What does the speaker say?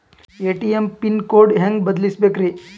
ATM pin code ಹೆಂಗ್ ಬದಲ್ಸ್ಬೇಕ್ರಿ?